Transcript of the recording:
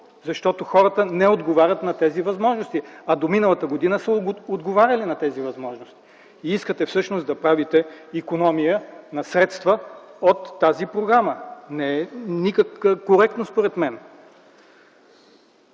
Защото хората не отговарят на тези възможности. А до миналата година са отговаряли на тези възможности. И искате всъщност да правите икономия на средства от тази програма. Не е никак коректно, според мен.